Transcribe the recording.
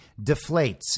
deflates